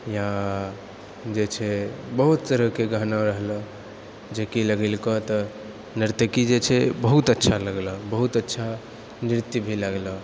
या जे छै बहुत तरहकऽ गहना रहलहुँ जेकि लगेलकौ तऽ नर्तकी जे छै बहुत अच्छा लगलहुँ बहुत अच्छा नृत्य भी लगलहुँ